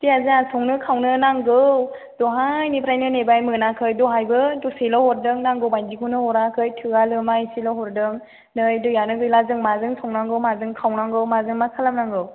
दैया जोंहा संनो खावनो नांगौ दहायनिफ्राय नेबाय मोनाखै दहायबो दसेल' हरदों नांगौ बायदिखौनो हराखै थोया लोमा इसेल' हरदों नै दैयानो गैला जों माजों संनांगौ माजों खावनांगौ माजों मा खालामनांगौ